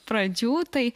pradžių tai